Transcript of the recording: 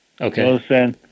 okay